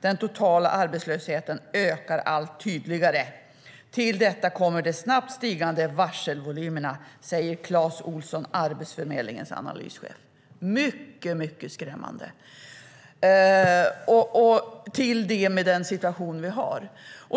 Den totala arbetslösheten ökar allt tydligare. Till detta kommer de snabbt stigande varselvolymerna, säger Clas Olsson, Arbetsförmedlingens analyschef. Det är mycket, mycket skrämmande. Till det kommer den situation vi har.